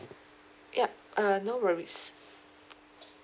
yup uh no worries